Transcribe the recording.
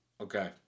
Okay